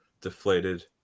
deflated